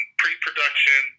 pre-production